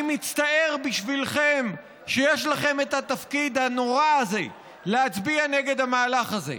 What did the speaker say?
אני מצטער בשבילכם שיש לכם את התפקיד הנורא הזה להצביע נגד המהלך הזה,